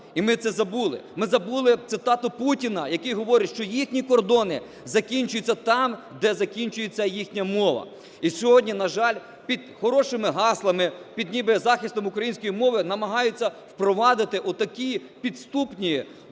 І ми це забули. Ми забули цитату Путіна, який говорить, що їхні кордони закінчуються там, де закінчується їхня мова. І сьогодні, на жаль, під хорошими гаслами, під ніби захистом української мови намагаються впровадити такі підступні терміни,